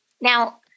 Now